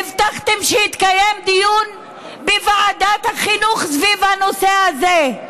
והבטחתם שיתקיים דיון בוועדת החינוך סביב הנושא הזה,